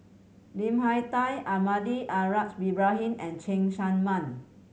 Lim Hak Tai Almahdi Al Haj Ibrahim and Cheng Tsang Man